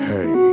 Hey